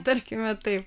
tarkime taip